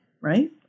Right